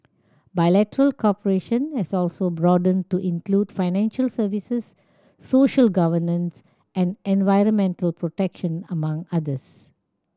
bilateral cooperation has also broadened to include financial services social governance and environmental protection among others